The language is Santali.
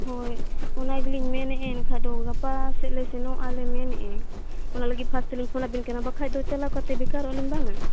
ᱦᱳᱭ ᱚᱱᱟ ᱜᱮᱞᱤᱧ ᱢᱮᱱᱮᱫᱼᱟ ᱮᱱᱠᱷᱟᱱ ᱫᱚ ᱜᱟᱯᱟ ᱥᱮᱫ ᱞᱮ ᱥᱮᱱᱚᱜᱟᱞᱮ ᱢᱮᱱᱮᱫᱼᱟ ᱚᱱᱟ ᱞᱟᱹᱜᱤᱫ ᱯᱷᱟᱥᱴᱮᱞᱤᱧ ᱯᱷᱳᱱ ᱟᱵᱮᱱ ᱠᱟᱱᱟ ᱵᱟᱠᱷᱟᱱ ᱫᱚ ᱪᱟᱞᱟᱣ ᱠᱟᱛᱮ ᱵᱮᱠᱟᱨᱚᱜ ᱟᱹᱞᱤᱧ ᱵᱟᱝᱟ